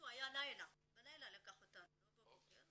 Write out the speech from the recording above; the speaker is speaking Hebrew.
היה לילה, בלילה הוא לקח אותנו, לא בבוקר.